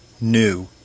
new